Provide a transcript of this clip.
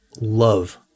love